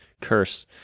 Curse